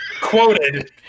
quoted